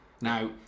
Now